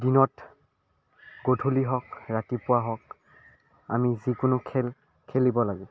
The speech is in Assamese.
দিনত গধূলি হওক ৰাতিপুৱা হওক আমি যিকোনো খেল খেলিব লাগিব